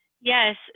Yes